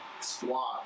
squad